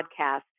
podcast